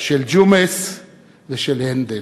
של ג'ומס ושל הנדל.